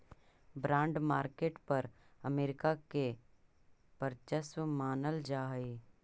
bond market पर America के वर्चस्व मानल जा हइ